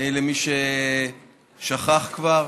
למי ששכח כבר.